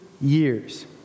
years